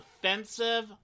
offensive